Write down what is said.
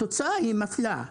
התוצאה היא מפלה.